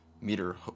Meter